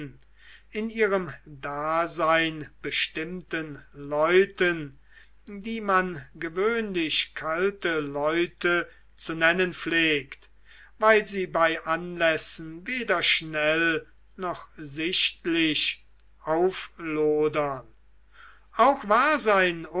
in ihrem dasein bestimmten leuten die man gewöhnlich kalte leute zu nennen pflegt weil sie bei anlässen weder schnell noch sichtlich auflodern auch war sein